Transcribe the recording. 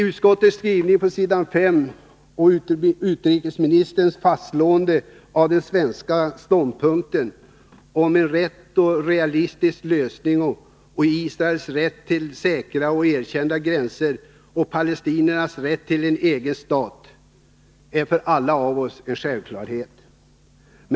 Utskottets skrivning på s. 5, och utrikesministerns fastslående av den svenska ståndpunkten, att en rättvis och realistisk lösning förutsätter att Israel och PLO erkänner varandra som handlingsparter, Israels rätt till säkra och erkända gränser resp. palestiniernas rätt till en egen stat, är för oss alla en självklarhet.